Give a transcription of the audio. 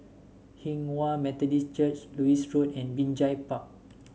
Hinghwa Methodist Church Lewis Road and Binjai Park